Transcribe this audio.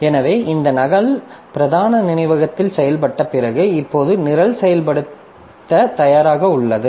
எனவே இந்த நகல் பிரதான நினைவகத்தில் செய்யப்பட்ட பிறகு இப்போது நிரல் செயல்படுத்த தயாராக உள்ளது